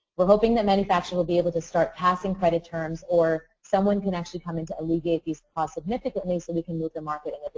we're hoping that manufacturer will be able to start passing credit terms or someone can actually come in to alleviate this cost significantly so we can make the market in